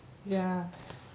ya